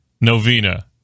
novena